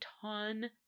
ton